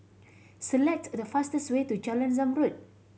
select the fastest way to Jalan Zamrud